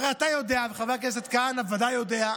הרי אתה יודע, וחבר הכנסת כהנא ודאי יודע,